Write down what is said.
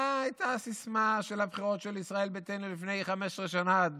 מה הייתה הסיסמה של הבחירות של ישראל ביתנו לפני 15 שנה,